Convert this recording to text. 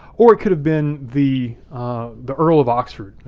or it could've been the the earl of oxford,